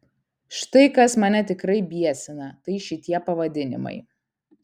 štai kas mane tikrai biesina tai šitie pavadinimai